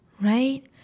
right